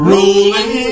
Rolling